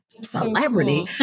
celebrity